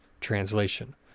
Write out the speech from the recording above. translation